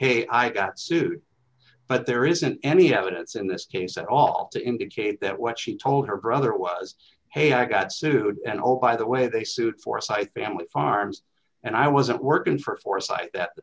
hey i got sued but there isn't any evidence in this case at all to indicate that what she told her brother was hey i got sued and oh i the way they sued forsyth family farms and i wasn't working for foresight that